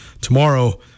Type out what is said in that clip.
tomorrow